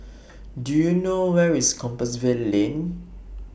Do YOU know Where IS Compassvale Lane